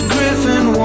Griffin